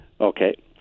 Okay